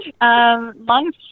Long